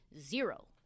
Zero